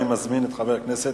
אני מזמין את חבר הכנסת